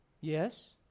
Yes